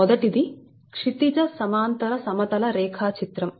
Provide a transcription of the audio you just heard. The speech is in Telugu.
మొదటిది క్షితిజ సమాంతర సమతల రేఖాచిత్రం